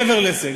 מעבר לזה,